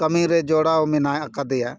ᱠᱟᱹᱢᱤ ᱨᱮ ᱡᱚᱲᱟᱣ ᱢᱮᱱᱟᱜ ᱟᱠᱟᱫᱮᱭᱟ